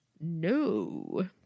No